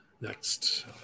Next